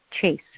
Chase